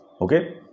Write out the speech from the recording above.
Okay